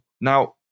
Now